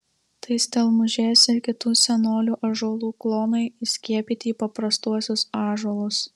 tai stelmužės ir kitų senolių ąžuolų klonai įskiepyti į paprastuosius ąžuolus